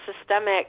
systemic